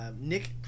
Nick